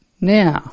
now